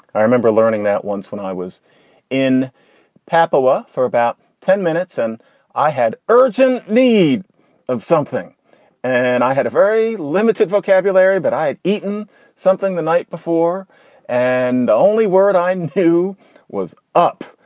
i remember learning that once when i was in papilla for about ten minutes and i had urgent need of something and i had a very limited vocabulary. but i had eaten something the night before and the only word i knew was up.